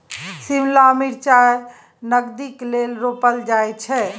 शिमला मिरचाई नगदीक लेल रोपल जाई छै